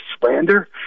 slander